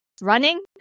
running